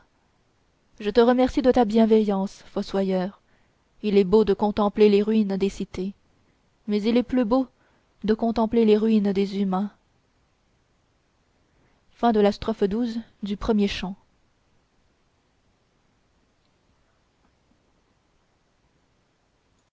je te remercie de ta bienveillance fossoyeur il est beau de contempler les ruines des cités mais il est plus beau de contempler les ruines des humains